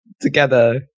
together